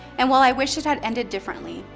and while i wish it had ended differently,